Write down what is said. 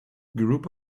group